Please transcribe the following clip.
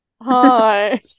hi